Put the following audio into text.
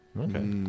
Okay